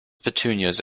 petunias